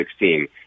2016